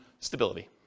Stability